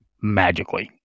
magically